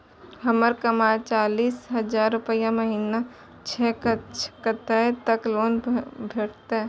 हमर कमाय चालीस हजार रूपया महिना छै कतैक तक लोन भेटते?